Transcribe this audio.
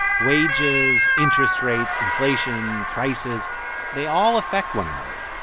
wages, interest rates, inflation, prices they all affect one another,